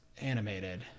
animated